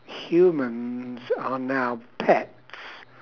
humans are now pets